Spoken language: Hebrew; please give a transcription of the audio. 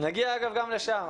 נגיע, אגב, גם לשם.